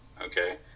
Okay